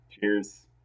Cheers